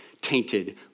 tainted